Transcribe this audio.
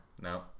No